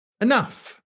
enough